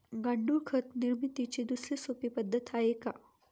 गांडूळ खत निर्मितीची दुसरी सोपी पद्धत आहे का?